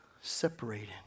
separated